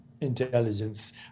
intelligence